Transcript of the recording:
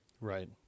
Right